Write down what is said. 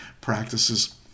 practices